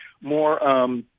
more